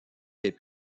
les